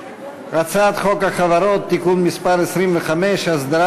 הצעת חוק החברות (תיקון מס' 25) (הסדרת